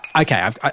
Okay